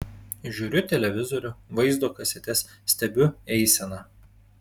žiūriu televizorių vaizdo kasetes stebiu eiseną